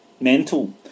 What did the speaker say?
mental